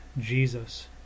Jesus